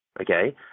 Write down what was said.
Okay